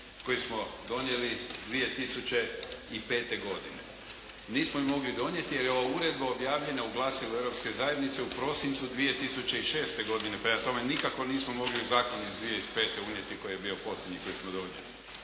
koji smo donijeli 2005. godine. Nismo ju mogli donijeti jer je ova uredba objavljena u glasilu Europske zajednice u prosincu 2006. godine. Prema tome nikako nismo mogli zakon iz 2005. unijeti, koji je bio posljednji koji smo donijeli.